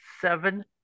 seven